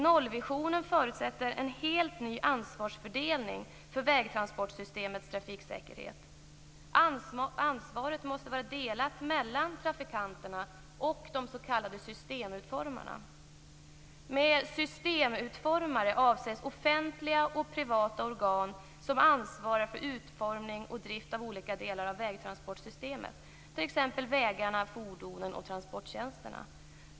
Nollvisionen förutsätter en helt ny ansvarsfördelning för vägtransportsystemets trafiksäkerhet. Ansvaret måste vara delat mellan trafikanterna och de s.k. systemutformarna. Med systemutformare avses offentliga och privata organ som ansvarar för utformning och drift av olika delar av vägtransportsystemet, t.ex. vägarna, fordonen och transporttjänsterna.